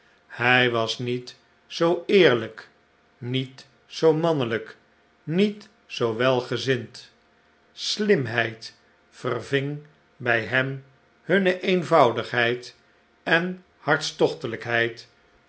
hi was niet zoo eerlijk niet zoo mannelijk niet zoo welgezind slimheid verving bij hem hunne eenvoudigheid en